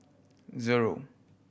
zero